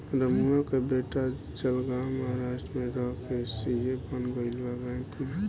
रमुआ के बेटा जलगांव महाराष्ट्र में रह के सी.ए बन गईल बा बैंक में